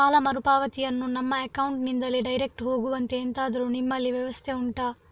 ಸಾಲ ಮರುಪಾವತಿಯನ್ನು ನಮ್ಮ ಅಕೌಂಟ್ ನಿಂದಲೇ ಡೈರೆಕ್ಟ್ ಹೋಗುವಂತೆ ಎಂತಾದರು ನಿಮ್ಮಲ್ಲಿ ವ್ಯವಸ್ಥೆ ಉಂಟಾ